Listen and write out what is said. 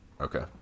Okay